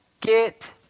get